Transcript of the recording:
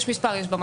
יש מספר מנטרות,